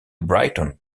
brighton